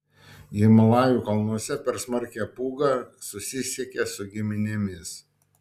himalajų kalnuose per smarkią pūgą susisiekė su giminėmis